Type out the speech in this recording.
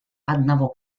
одного